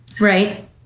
Right